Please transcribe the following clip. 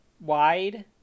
wide